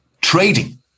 trading